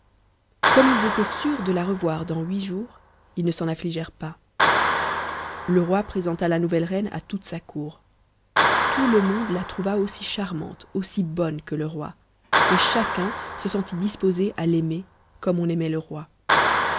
comme ils étaient sûrs de la revoir dans huit jours ils ne s'en affligèrent pas le roi présenta la nouvelle reine à toute sa cour tout le monde la trouva aussi charmante aussi bonne que le roi et chacun se sentit disposé à l'aimer comme on aimait le roi